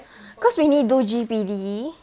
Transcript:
cause we need to do G_P_D